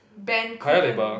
Bencoolen